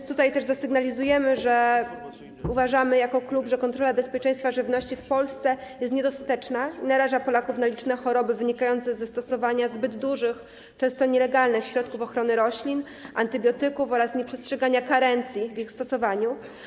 A zatem sygnalizujemy, że jako klub uważamy, że kontrola bezpieczeństwa żywności w Polsce jest niedostateczna, co naraża Polaków na liczne choroby wynikające ze stosowania zbyt dużych ilości często nielegalnych środków ochrony roślin, antybiotyków oraz nieprzestrzegania karencji w ich stosowaniu.